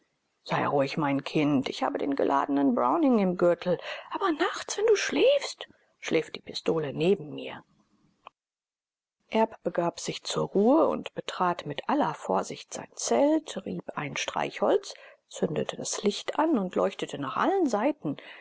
sei ruhig mein kind ich habe den geladenen browning im gürtel aber nachts wenn du schläfst schläft die pistole neben mir erb begab sich zur ruhe und betrat mit aller vorsicht sein zelt rieb ein streichholz zündete das licht an und leuchtete nach allen seiten